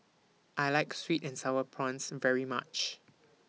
I like Sweet and Sour Prawns very much